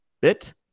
bit